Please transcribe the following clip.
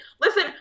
listen